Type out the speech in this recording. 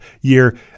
year